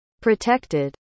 protected